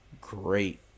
great